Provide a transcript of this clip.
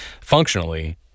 functionally